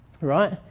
right